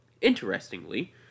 Interestingly